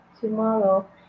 tomorrow